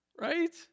Right